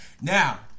Now